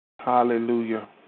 Hallelujah